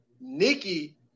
Nikki